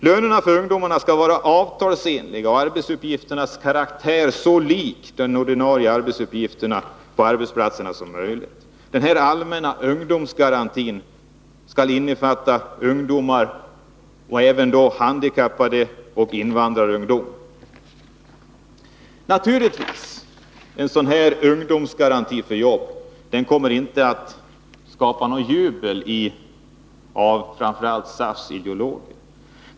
Lönerna för ungdomarna skall vara avtalsenliga och arbetsuppgifternas karaktär så lik de ordinarie arbetsupp gifterna på arbetsplatserna som möjligt. Den allmänna ungdomsgarantin u skall innefatta alla ungdomar, även handikappade och invandrarungdomar. En sådan här ungdomsgaranti för jobb kommer naturligtvis inte att skapa något jubel från t.ex. SAF:s ideologer.